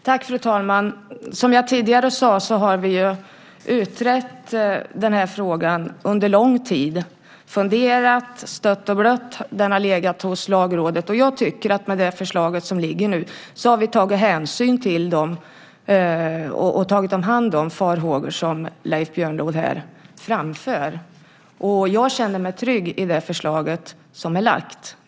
Fru talman! Som jag tidigare sade har vi utrett den här frågan under lång tid. Vi har funderat, och vi har stött och blött. Den har legat hos Lagrådet. I det förslag som nu ligger har vi tagit hänsyn till och tagit hand om de farhågor som Leif Björnlod framför. Jag känner mig trygg i det förslag som är lagt.